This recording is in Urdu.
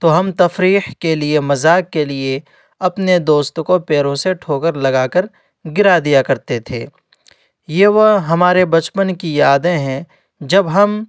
تو ہم تفریح کے لیے مزاق کے لیے اپنے دوست کو پیروں سے ٹھوکر لگا کر گرا دیا کرتے تھے یہ وہ ہمارے بچپن کی یادیں ہیں جب ہم